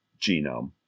genome